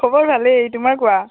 খবৰ ভালেই তোমাৰ কোৱা